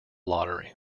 lottery